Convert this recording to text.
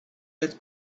that